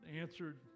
answered